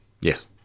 Yes